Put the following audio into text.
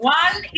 one